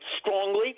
strongly